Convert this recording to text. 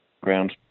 ground